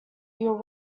your